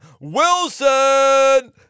Wilson